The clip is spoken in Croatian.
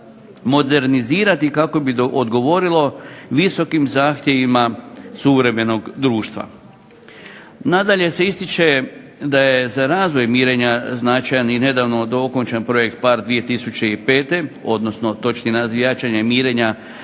modernizirati kako bi odgovorilo visokim zahtjevima suvremenog društva. Nadalje se ističe da je za razvoj mirenja značajan i nedavno okončan projekt PHARE 2005 odnosno točni naziv je jačanje mirenja